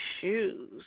shoes